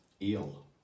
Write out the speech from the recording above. eel